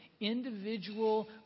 individual